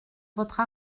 votre